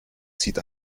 zieht